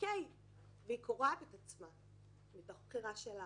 היא קורעת את עצמה מתוך בחירה שלה,